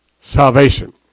salvation